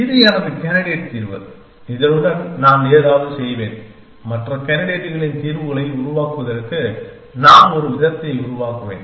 இது எனது கேண்டிடேட் தீர்வு இதனுடன் நான் ஏதாவது செய்வேன் மற்ற கேண்டிடேட்களின் தீர்வுகளை உருவாக்குவதற்கு நான் ஒருவிதத்தை உருவாக்குவேன்